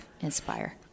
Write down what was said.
inspire